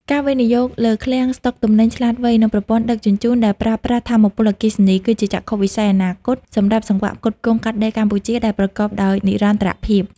ការវិនិយោគលើឃ្លាំងស្ដុកទំនិញឆ្លាតវៃ និងប្រព័ន្ធដឹកជញ្ជូនដែលប្រើប្រាស់ថាមពលអគ្គិសនី គឺជាចក្ខុវិស័យអនាគតសម្រាប់សង្វាក់ផ្គត់ផ្គង់កាត់ដេរកម្ពុជាដែលប្រកបដោយនិរន្តរភាព។